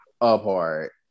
apart